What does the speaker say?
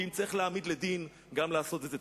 ואם צריך להעמיד לדין, גם לעשות את זה.